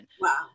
wow